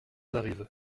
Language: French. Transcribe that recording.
arrivent